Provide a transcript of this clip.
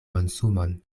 monsumon